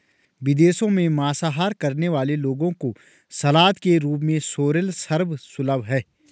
विदेशों में मांसाहार करने वाले लोगों को सलाद के रूप में सोरल सर्व सुलभ है